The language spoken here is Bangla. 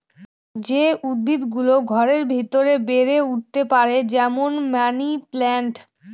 যে উদ্ভিদ গুলো ঘরের ভেতরে বেড়ে উঠতে পারে, যেমন মানি প্লান্ট